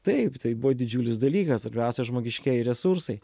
taip tai buvo didžiulis dalykas svarbiausia žmogiškieji resursai